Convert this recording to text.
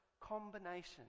combination